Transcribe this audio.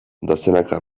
dozenaka